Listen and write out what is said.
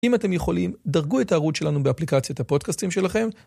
אם אתם יכולים, דרגו את הערוץ שלנו באפליקציית הפודקסטים שלכם.